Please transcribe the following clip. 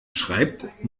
schreibt